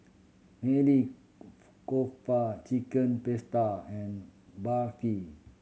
Maili Kofta Chicken Pasta and Barfi